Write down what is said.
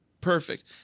perfect